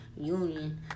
union